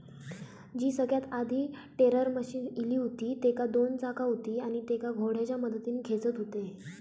जी सगळ्यात आधी tedder machine इली हुती तेका दोन चाका हुती आणि तेका घोड्याच्या मदतीन खेचत हुते